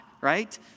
right